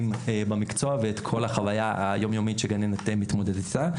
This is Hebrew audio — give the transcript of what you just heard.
במקצוע ואת כל החוויה היומיומית שגננת מתמודדת איתה.